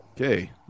Okay